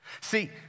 See